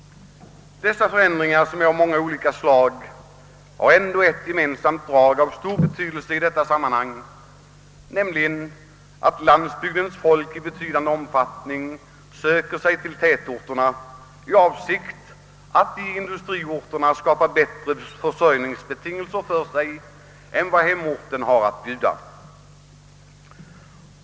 Dessa förändringar är av många olika slag men har ett gemensamt drag av stor betydelse, nämligen att landsbygdens folk i betydande omfattning söker sig till industriorterna i avsikt att där skapa bättre försörjningsbetingelser för sig än dem hemorten har att bjuda.